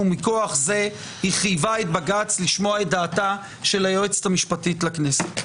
ומכוח זה היא חייבה את בג"ץ לשמוע את דעתה של היועצת המשפטית לכנסת.